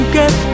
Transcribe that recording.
get